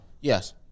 Yes